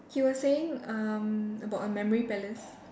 he was saying um about a memory palace